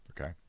okay